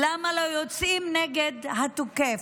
למה לא יוצאים נגד התוקף?